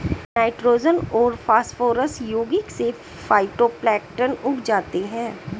nitrogen और phosphorus यौगिक से फाइटोप्लैंक्टन उग जाते है